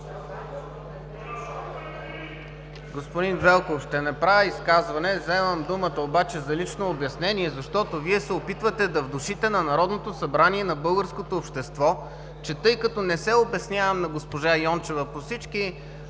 Господин Велков ще направя изказване. Взимам думата обаче за лично обяснение, защото Вие се опитвате да внушите на Народното събрание и на българското общество, че тъй като не се обяснявам на госпожа Йончева по всички,